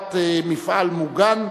העדפת מפעל מוגן).